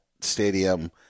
stadium